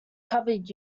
covered